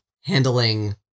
handling